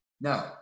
No